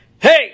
hey